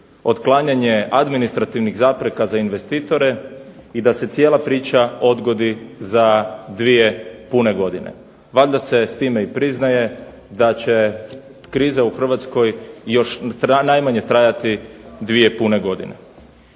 otklanjanje administrativnih zapreka za investitore i da se cijela priča odgodi za 2 pune godine. Valjda se s time i priznaje da će kriza u Hrvatskoj još najmanje trajati 2 pune godine.